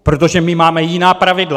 Protože my máme jiná pravidla.